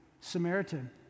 Samaritan